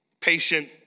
Patient